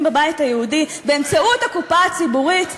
בבית היהודי באמצעות הקופה הציבורית,